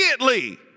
Immediately